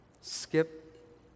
Skip